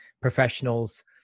professionals